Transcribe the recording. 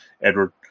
Edward